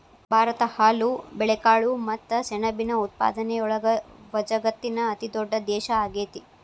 ಭಾರತ ಹಾಲು, ಬೇಳೆಕಾಳು ಮತ್ತ ಸೆಣಬಿನ ಉತ್ಪಾದನೆಯೊಳಗ ವಜಗತ್ತಿನ ಅತಿದೊಡ್ಡ ದೇಶ ಆಗೇತಿ